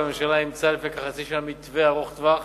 הממשלה אימצה לפני כחצי שנה מתווה ארוך-טווח